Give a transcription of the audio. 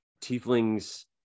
tieflings